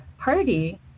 party